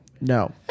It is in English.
No